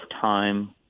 time